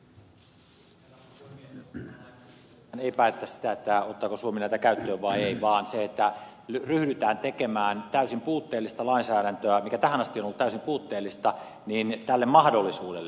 tämän lain yhteydessä ei päätetä sitä ottaako suomi näitä käyttöön vai ei vaan ryhdytään tekemään lainsäädäntöä joka tähän asti on ollut täysin puutteellista tälle mahdollisuudelle